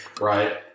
Right